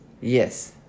Yes